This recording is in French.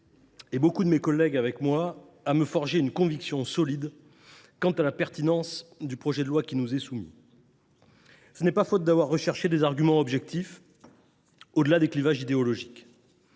beaucoup de mes collègues, à me forger une conviction solide quant à la pertinence du projet de loi qui nous est soumis. Ce n’est pas faute d’avoir cherché des arguments objectifs, au delà des clivages idéologiques.